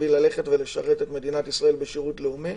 בשביל ללכת ולשרת את מדינת ישראל בשירות לאומי,